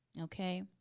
okay